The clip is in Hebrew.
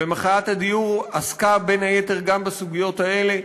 ומחאת הדיור עסקה בין היתר גם בסוגיות האלה,